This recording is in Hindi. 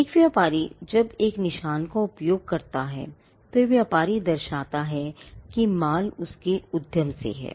अब एक व्यापारी जब वह एक निशान का उपयोग करता है तो व्यापारी यह दर्शाता है कि माल उसके उद्यम से है